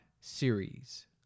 series